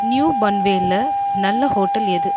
new பன்வேல்ல நல்ல hotel எது